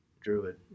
druid